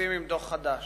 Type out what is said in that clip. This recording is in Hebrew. מופצצים עם דוח חדש,